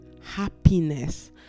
happiness